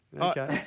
Okay